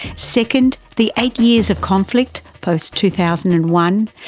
second, the eight years of conflict post two thousand and one.